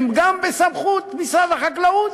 גם הם בסמכות משרד החקלאות?